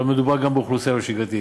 אבל מדובר גם באוכלוסייה לא שגרתית.